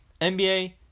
NBA